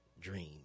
dream